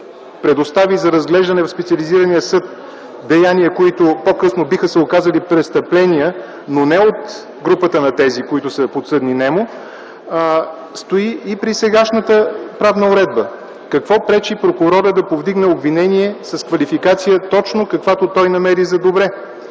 предостави за разглеждане в специализирания съд деяния, които по-късно биха се оказали престъпления, но не от групата на тези, които са подсъдни нему, стои и при сегашната правна уредба. Какво пречи прокурорът да повдигне обвинение с квалификация точно каквато той намери за добре?